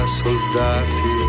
soldati